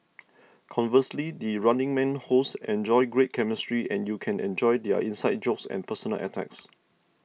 conversely the Running Man hosts enjoy great chemistry and you can enjoy their inside jokes and personal attacks